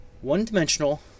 one-dimensional